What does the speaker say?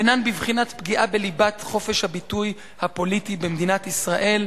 שהן בבחינת פגיעה בליבת חופש הביטוי הפוליטי במדינת ישראל,